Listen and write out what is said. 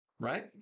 Right